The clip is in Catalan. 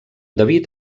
david